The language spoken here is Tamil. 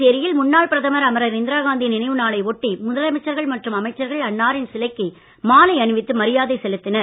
புதுச்சேரியில் முன்னாள் பிரதமர் அமரர் இந்திராகாந்தியின் நினைவு நாளை ஒட்டி முதலமைச்சர் மற்றும் அமைச்சர்கள் அன்னாரின் சிலைக்கு மாலை அணிவித்து மரியாதை செலுத்தினர்